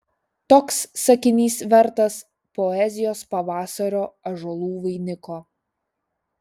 toks sakinys vertas poezijos pavasario ąžuolų vainiko